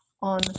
on